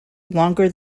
longer